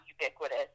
ubiquitous